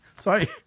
Sorry